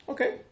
Okay